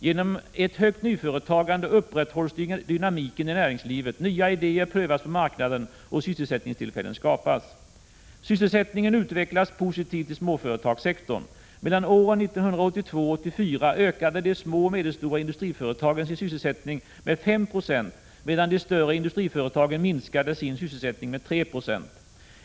Genom ett högt nyföretagande upprätthålls dynamiken i näringslivet, nya idéer prövas på marknaden och sysselsättningstillfällen skapas. Sysselsättningen utvecklas positivt i småföretagssektorn. Mellan åren 1982 och 1984 ökade de små och medelstora industriföretagen sin sysselsättning med 5 90, medan de större industriföretagen minskade sin sysselsättning med 3 70.